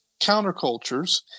countercultures